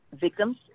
victims